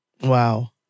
Wow